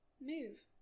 move